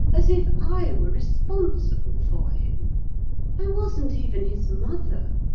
as if i were responsible for him i wasn't even his mother.